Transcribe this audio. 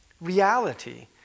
reality